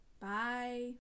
bye